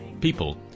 people